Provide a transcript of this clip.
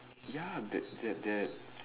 ya that that that